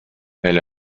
elle